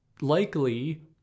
likely